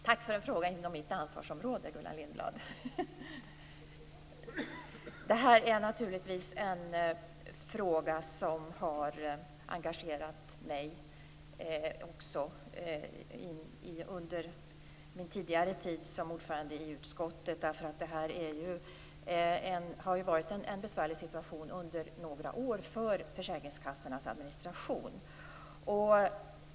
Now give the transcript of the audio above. Herr talman! Tack för en fråga inom mitt ansvarsområde, Gullan Lindblad! Det här är naturligtvis en fråga som också har engagerat mig under min tid som ordförande i utskottet. Det har ju varit en besvärlig situation för försäkringskassornas administration under några år.